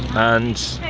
and